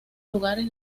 lugares